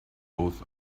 both